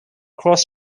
cross